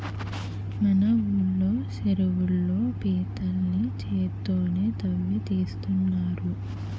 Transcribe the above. మన ఊళ్ళో చెరువుల్లో పీతల్ని చేత్తోనే తవ్వి తీస్తున్నారు